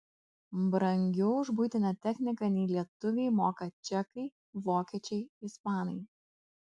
brangiau už buitinę techniką nei lietuviai moka čekai vokiečiai ispanai